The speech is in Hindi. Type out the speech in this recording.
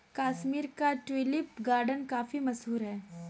कश्मीर का ट्यूलिप गार्डन काफी मशहूर है